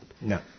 No